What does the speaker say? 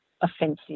offensive